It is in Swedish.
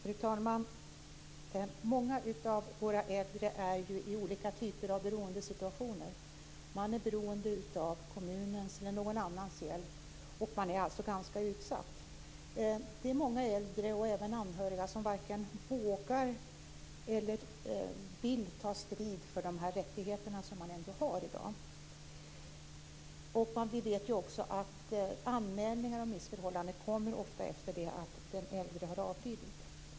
Fru talman! Många av våra äldre är ju i olika typer av beroendesituationer. De är beroende av kommunens eller någon annans hjälp, och de är alltså ganska utsatta. Det är många äldre och även anhöriga som varken vågar eller vill ta strid för de rättigheter som de ändå har i dag. Vi vet också att anmälningar om missförhållanden ofta kommer efter att den äldre har avlidit.